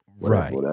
Right